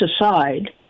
aside